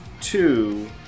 Two